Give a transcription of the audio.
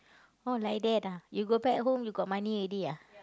oh like that ah you go back home you got money already ah